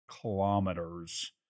kilometers